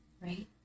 Right